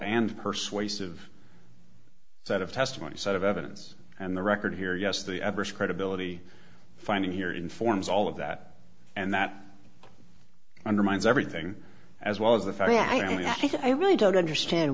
and persuasive set of testimony set of evidence and the record here yes the adverse credibility finding here informs all of that and that undermines everything as well as the family i think i really don't understand